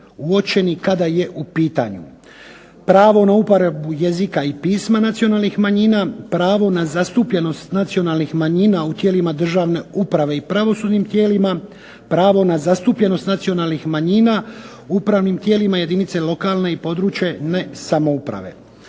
uočeni kada je u pitanju pravo na uporabu jezika i pisma nacionalnih manjina, pravo na zastupljenost nacionalnih manjina u tijelima državne uprave i pravosudnim tijelima, pravo na zastupljenost nacionalnih manjina u upravnim tijelima jedinice lokalne i područne samouprave